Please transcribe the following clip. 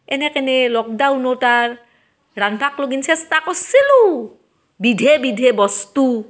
এনেকেনে লকডাউনত আৰ ৰান্ধবাক ল'গি চেষ্টা কৰিছিলোঁ বিধে বিধে বস্তু